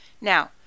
Now